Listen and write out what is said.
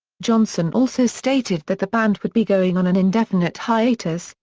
johnson also stated that the band would be going on an indefinite hiatus,